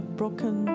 broken